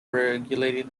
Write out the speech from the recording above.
regulating